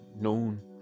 known